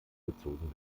bezogen